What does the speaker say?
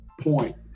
point